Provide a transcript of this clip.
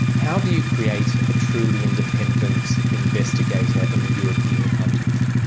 how do you create a truly independent investigator in the european context?